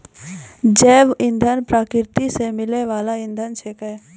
जैव इंधन प्रकृति सॅ मिलै वाल इंधन छेकै